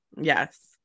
Yes